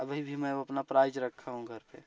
अभी भी मैं वो अपना प्राइज रखा हूँ घर पर